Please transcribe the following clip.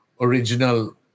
original